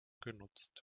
genutzt